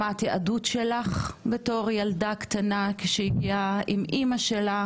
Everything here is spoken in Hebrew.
שמעתי עדות שלך בתור ילדה קטנה שהגיעה עם אמא שלה